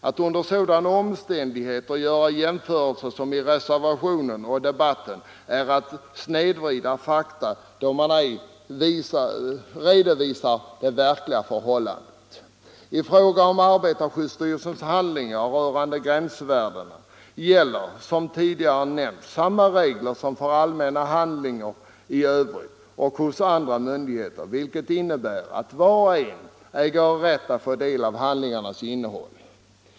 Att under dessa omständigheter göra sådana jämförelser som gjorts i reservationen och här i debatten är att snedvrida fakta, då man ej redovisar det verkliga förhållandet. gäller som tidigare nämnts samma regler som för allmänna handlingar i övrigt, vilket innebär att var och en äger rätt att få del av handlingarnas innehåll.